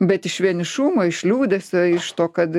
bet iš vienišumo iš liūdesio iš to kad